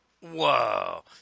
Whoa